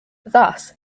thus